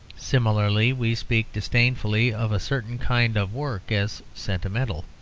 similarly we speak disdainfully of a certain kind of work as sentimental,